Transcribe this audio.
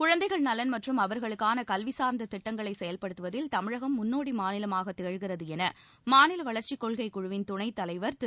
குழந்தைகள் நலன் மற்றும் அவர்களுக்கான கல்வி சார்ந்த திட்டங்களை செயல்படுத்துவதில் தமிழகம் முன்னோடி மாநிலமாக திகழ்கிறது என மாநில வளர்ச்சிக் கொள்கைக் குழுவிள் துணைத் தலைவர் திரு